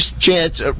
chance